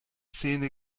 szene